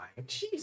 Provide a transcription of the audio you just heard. Jeez